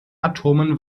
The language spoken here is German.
atomen